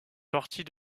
partie